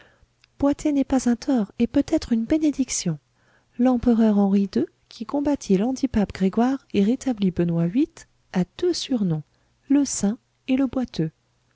boiter n'est pas un tort et peut être une bénédiction l'empereur henri ii qui combattit l'antipape grégoire et rétablit benoît viii a deux surnoms le saint et le boiteux